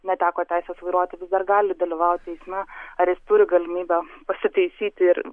neteko teisės vairuoti vis dar gali dalyvauti eisme ar jis turi galimybę pasitaisyti ir